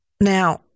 Now